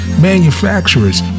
manufacturers